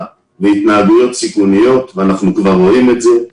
והתנהגויות סיכוניות וכבר רואים את זה.